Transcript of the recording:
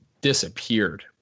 disappeared